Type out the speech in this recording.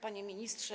Panie Ministrze!